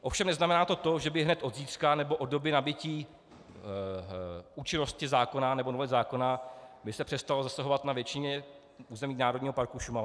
Ovšem neznamená to, že by hned od zítřka nebo od doby nabytí účinnosti zákona nebo novely zákona se přestalo zasahovat na většině území Národního parku Šumava.